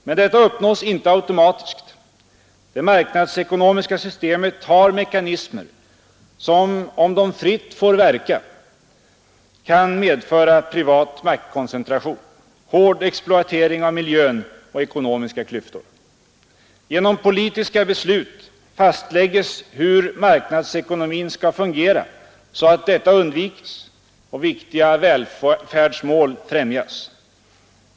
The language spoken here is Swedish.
Men detta uppnås inte automatiskt. Det marknadsekonomiska systemet har mekanismer som, om de fritt får verka, kan medföra privat maktkoncentration, hård exploatering av miljön och ekonomiska klyftor. Genom politiska beslut fastlägges hur marknadsekonomin skall fungera så att detta undvikes och viktiga välfärdsmål främjas.